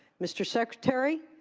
mr. secretary,